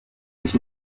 sich